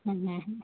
ಹ್ಞ್ ಹ್ಞ್ ಹ್ಞ್